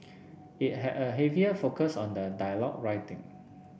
it had a heavier focus on the dialogue writing